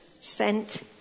sent